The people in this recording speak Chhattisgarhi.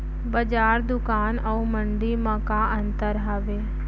बजार, दुकान अऊ मंडी मा का अंतर हावे?